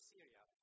Syria